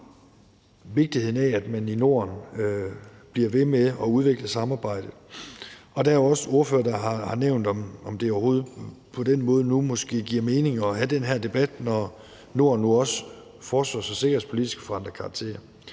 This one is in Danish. vigtigheden af, at man i Norden bliver ved med at udvikle samarbejdet, og der er også ordførere, der har spurgt, om det på den måde overhovedet giver mening nu at have den her debat, når Norden nu også forsvars- og sikkerhedspolitisk har forandret karakter.